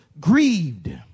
grieved